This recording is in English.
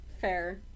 fair